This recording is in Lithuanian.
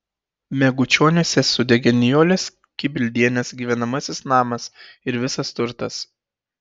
megučioniuose sudegė nijolės kibildienės gyvenamasis namas ir visas turtas